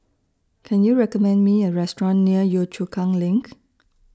Can YOU recommend Me A Restaurant near Yio Chu Kang LINK